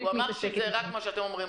אציין שנמצאת